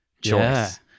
choice